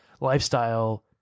lifestyle